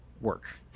work